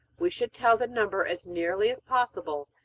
we should tell the number as nearly as possible,